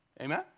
Amen